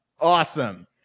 awesome